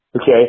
okay